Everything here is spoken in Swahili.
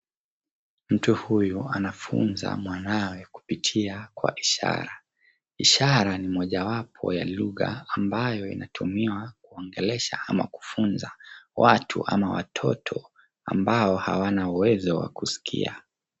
Mtu huyu anafunza mwanawe kupitia kwa ishara. Ishara ni mojawapo ya lugha ambayo inatumiwa kuongelesha ama kufunza. Watu ama watoto ambao hawana uwezo wa kusikia.